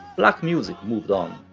black music moved on.